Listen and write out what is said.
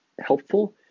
helpful